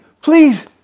please